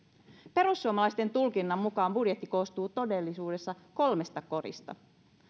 perussuomalaisten tulkinnan mukaan budjetti koostuu todellisuudessa kolmesta korista